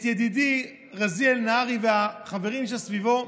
את ידידי רזיאל נהרי והחברים שסביבו,